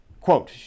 quote